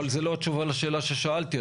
זו לא התשובה לשאלה ששאלתי,